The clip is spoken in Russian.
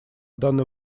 данный